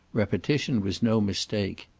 repetition was no mistake.